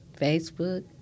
Facebook